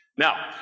Now